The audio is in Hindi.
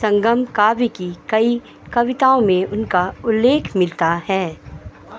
संगम काव्य की कई कविताओं में उनका उल्लेख मिलता है